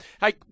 hey